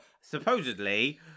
supposedly